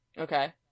Okay